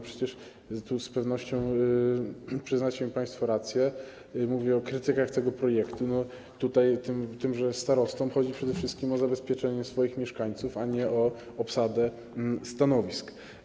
Przecież z pewnością przyznacie mi państwo rację, mówię o krytykach tego projektu, że tymże starostom chodzi przede wszystkim o zabezpieczenie swoich mieszkańców, a nie o obsadę stanowisk.